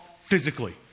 physically